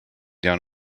down